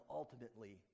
ultimately